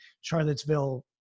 Charlottesville